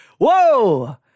Whoa